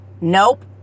Nope